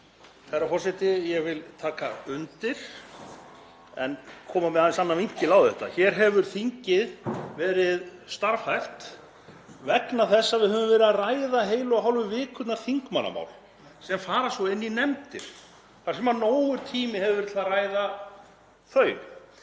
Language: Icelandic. Herra forseti. Ég vil taka undir þetta en koma með aðeins annan vinkil á þetta. Hér hefur þingið verið starfhæft vegna þess að við höfum verið að ræða heilu og hálfu vikurnar þingmannamál sem fara svo inn í nefndir þar sem nógur tími hefur verið til að ræða þau.